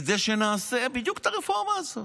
כדי שנעשה בדיוק את הרפורמה הזאת.